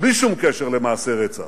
בלי שום קשר למעשי רצח,